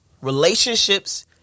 relationships